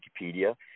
Wikipedia